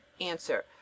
Answer